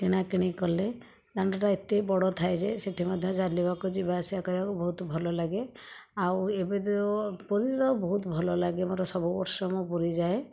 କିଣା କିଣି କଲେ ଦାଣ୍ଡଟା ଏତେ ବଡ଼ ଥାଏ ଯେ ସେଠି ମଧ୍ୟ ଚାଲିବାକୁ ଯିବା ଆସିବା କରିବାକୁ ବହୁତ ଭଲଲାଗେ ଆଉ ଏବେ ଯେଉଁ ପୁରୀର ବହୁତ ଭଲଲାଗେ ମୋର ସବୁ ବର୍ଷ ମୁଁ ପୁରୀ ଯାଏ